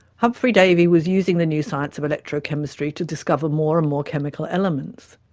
humphrey davy was using the new science of electrochemistry to discover more and more chemical elements.